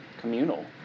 communal